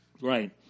Right